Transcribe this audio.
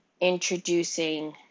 introducing